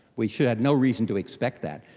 we should have no reason to expect that.